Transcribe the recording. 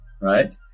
right